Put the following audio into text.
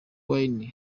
wayne